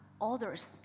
others